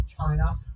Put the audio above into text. China